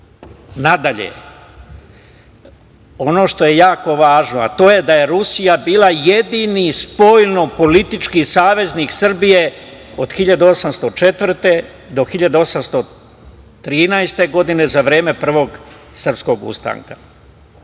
ono što je jako važno, to je da je Rusija bila jedini spoljno-politički saveznik Srbije od 1804. do 1813. godine, za vreme Prvog srpskog